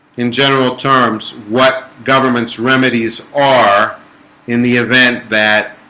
in general terms, what governments remedies are in the event that